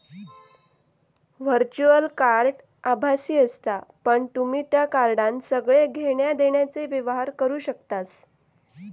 virtual card आभासी असता पण तुम्ही त्या कार्डान सगळे घेण्या देण्याचे व्यवहार करू शकतास